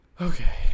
Okay